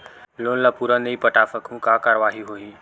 Loan ला पूरा नई पटा सकहुं का कारवाही होही?